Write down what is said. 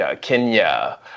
Kenya